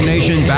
Nation